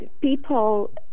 People